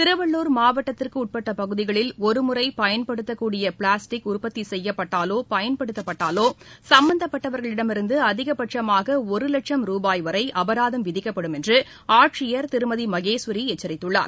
திருவள்ளூர் மாவட்டத்திற்கு உட்பட்ட பகுதிகளில் ஒருமுறை பயன்படுத்தக்கூடிய பிளாஸ்டிக் உற்பத்தி செய்யப்பட்டாலோ பயன்படுத்தப்பட்டலோ சம்பந்தப்பட்டவர்களிடமிருந்து அதிகபட்சமாக ஒரு லட்சும் ரூபாய் வரை அபராதம் விதிக்கப்படும் என்று ஆட்சியர் திருமதி மகேஸ்வரி எச்சித்துள்ளார்